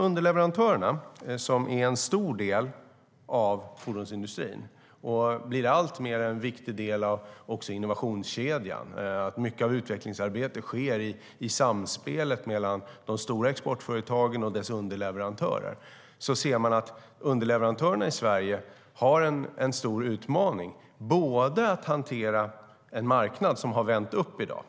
Underleverantörerna är en stor del av fordonsindustrin och blir en alltmer viktig del också av innovationskedjan. Mycket av utvecklingsarbetet sker i samspelet mellan de stora exportföretagen och dess underleverantörer. Underleverantörerna i Sverige har som en stor utmaning att hantera en marknad som har vänt upp i dag.